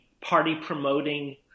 party-promoting